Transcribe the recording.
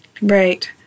Right